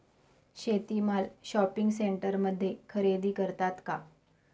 शेती माल शॉपिंग सेंटरमध्ये खरेदी करतात का?